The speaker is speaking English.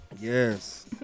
Yes